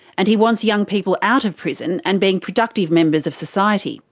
and he wants young people out of prison and being productive members of society.